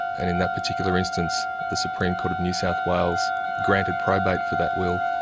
and in that particular instance the supreme court of new south wales granted probate for that will.